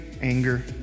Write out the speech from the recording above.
anger